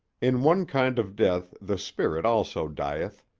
in one kind of death the spirit also dieth,